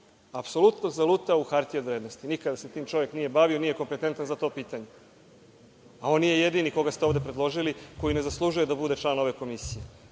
apsolutno zalutao u hartije od vrednosti. Nikada se tim čovek nije bavio, nije kompetentan za to pitanje, a on nije jedini koga ste ovde predložili, koji ne zaslužuje da bude član ove Komisije,